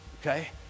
okay